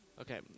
Okay